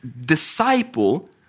disciple